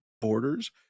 borders